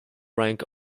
rank